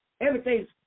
everything's